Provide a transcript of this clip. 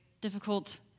difficult